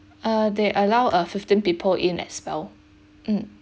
uh they allow uh fifteen people in as well mm